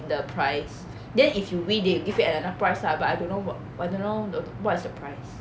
the price then if you win they will give you another prize lah but I don't know wha~ I don't know what is the prize